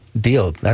deal